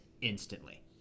instantly